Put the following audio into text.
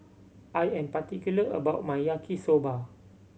I am particular about my Yaki Soba